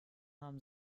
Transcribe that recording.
haben